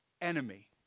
enemy